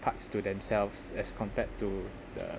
parts to themselves as compared to the